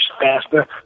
faster